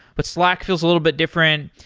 but slack feels a little bit different.